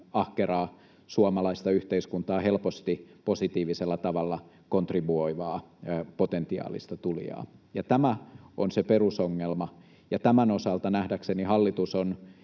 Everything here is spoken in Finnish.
ahkeraa, suomalaista yhteiskuntaa helposti positiivisella tavalla kontribuoivaa potentiaalista tulijaa. Tämä on se perusongelma, ja tämän osalta nähdäkseni hallitus on